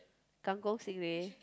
kangkong stingray